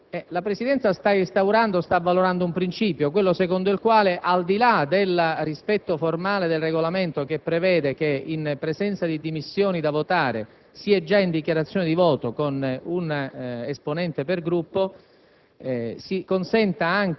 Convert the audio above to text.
ci richiamiamo, però, alla Presidenza. Come ha detto opportunamente il collega Storace poc'anzi, la Presidenza sta instaurando ed avvalorando un principio secondo il quale, al di là del rispetto formale del Regolamento, il quale prevede che, in presenza di dimissioni da votare,